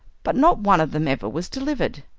but not one of them ever was delivered.